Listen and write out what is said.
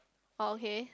orh okay